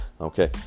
okay